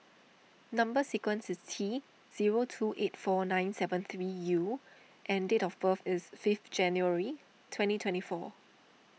Number Sequence is T zero two eight four nine seven three U and date of birth is fifth January twenty twenty four